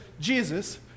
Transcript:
Jesus